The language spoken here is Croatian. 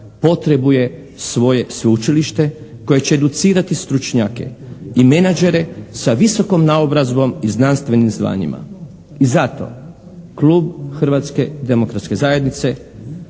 potrebuje svoje sveučilište koje će educirati stručnjake i menadžere sa visokom naobrazbom i znanstvenim zvanjima. I zato Klub Hrvatske demokratske zajednice